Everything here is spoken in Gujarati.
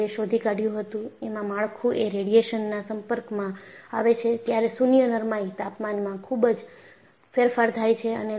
તેમાં જે શોધી કાઢ્યું હતું એમાં માળખુ એ રેડિયેશનના સંપર્કમાં આવે છે ત્યારે શૂન્ય નરમાઇ તાપમાનમાં ખુબ જ ફેરફાર થાય છે